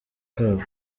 kabo